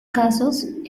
casos